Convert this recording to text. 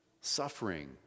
suffering